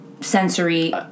sensory